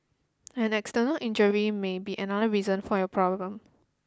an external injury may be another reason for your problem